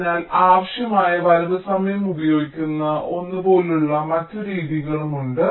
അതിനാൽ ആവശ്യമായ വരവ് സമയം ഉപയോഗിക്കുന്ന ഒന്ന് പോലുള്ള മറ്റ് രീതികളും ഉണ്ട്